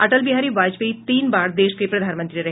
अटल बिहारी वाजपेयी तीन बार देश के प्रधानमंत्री रहे